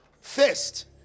first